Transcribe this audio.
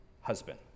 husband